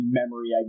memory